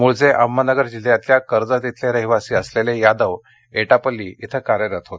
मूळचे अहमदनगर जिल्ह्यातल्या कर्जत इथले रहिवासी असलेले यादव एटापल्ली इथे कार्यरत होते